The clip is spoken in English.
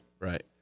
Right